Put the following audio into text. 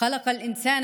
"קרא בשם ריבונך